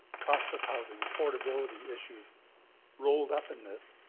cost of housing, affordability issues rolled up in this.